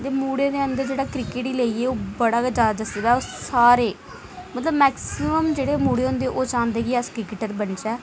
ते मुड़ें दे अंदर जेह्ड़ा क्रिकेट गी लेइयै ओह् बड़ा गै जा दा चस्का ओह् सारे मतलब मेक्सीमम जेह्ड़े मुड़े होंदे ओह् चाहंदे कि अस क्रिकेटर बनचै